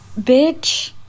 bitch